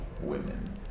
women